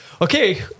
okay